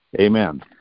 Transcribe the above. Amen